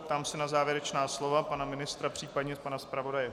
Ptám se na závěrečná slova pana ministra, případně pana zpravodaje.